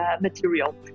material